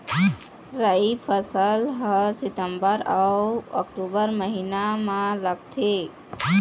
राई फसल हा सितंबर अऊ अक्टूबर महीना मा लगथे